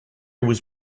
was